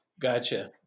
Gotcha